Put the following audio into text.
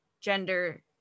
gender